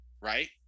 right